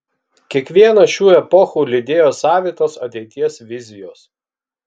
kiekvieną šių epochų lydėjo savitos ateities vizijos